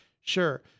Sure